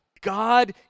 God